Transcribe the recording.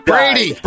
Brady